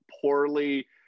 poorly